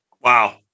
Wow